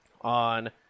on